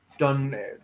done